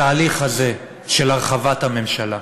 התהליך הזה של הרחבת הממשלה,